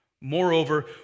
Moreover